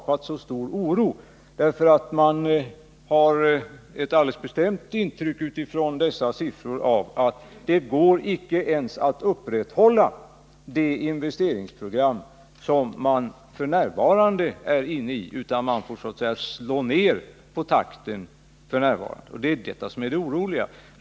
Med utgångspunkt i dessa siffror får man nämligen ett alldeles bestämt intryck av att det inte ens går att upprätthålla det investeringsprogram som f.n. gäller, utan SJ måste slå ned på takten. Det är det som är oroande.